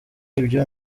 ibyo